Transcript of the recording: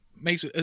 makes